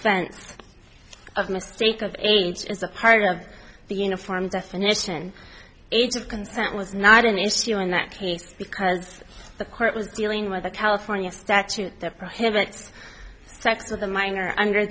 fense of mistake of age is a part of the uniform definition age of consent was not an issue in that case because the court was dealing with a california statute that prohibits sex with a minor under